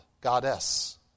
goddess